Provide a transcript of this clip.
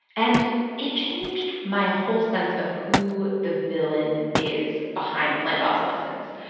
and it changed my whole sense of who the villain is behind planned obsolescence.